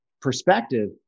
perspective